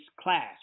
class